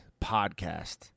podcast